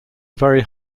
very